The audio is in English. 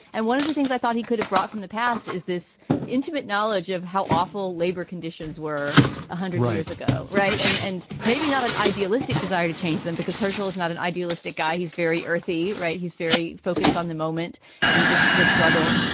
and one of the things i thought he could have brought from the past is this intimate knowledge of how awful labor conditions were one ah hundred years ago. right. and and maybe not an idealistic desire to change them, because herschelle is not an idealistic guy. he's very earthy. right. he's very focused on the moment and just the struggle.